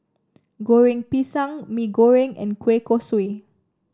Goreng Pisang Mee Goreng and Kueh Kosui